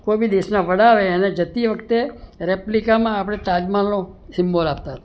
કોઈ બી દેશના વડા આવે એને આપણે જતી વખતે રેપ્લિકામાં તાજમહેલનો સિમ્બોલ આપતા હતા